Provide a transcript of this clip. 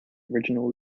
original